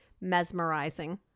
mesmerizing